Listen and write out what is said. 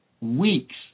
Weeks